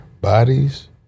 bodies